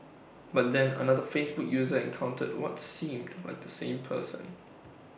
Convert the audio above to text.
but then another Facebook user encountered what seemed like the same person